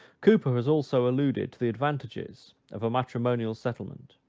cowper has also alluded to the advantages of a matrimonial settlement